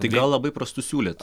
tai gal labai prastus siūlėt